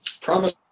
promise